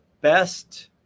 best